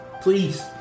please